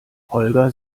holger